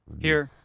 here,